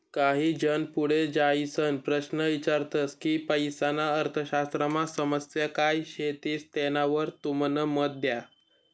काही जन पुढे जाईसन प्रश्न ईचारतस की पैसाना अर्थशास्त्रमा समस्या काय शेतीस तेनावर तुमनं मत द्या